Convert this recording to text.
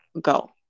go